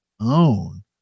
own